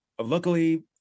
luckily